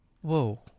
Whoa